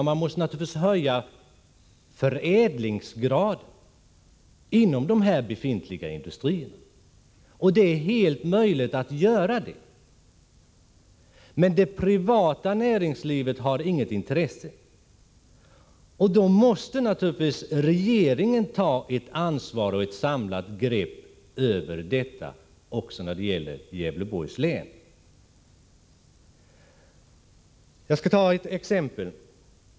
Ja, man måste naturligtvis höja förädlingsgraden inom de här befintliga industrierna. Det är helt möjligt att göra det. Men det privata näringslivet har inget intresse av detta, och då måste självfallet regeringen ta ett ansvar och ett samlat grepp också när det gäller Gävleborgs län. Jag skall anföra ett annat exempel.